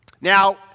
Now